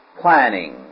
planning